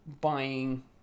buying